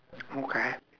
okay